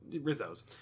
Rizzo's